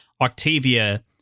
Octavia